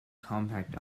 compact